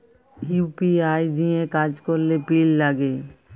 UPI দিঁয়ে কাজ ক্যরলে পিল লাগে